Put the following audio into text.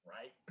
Right